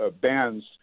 bands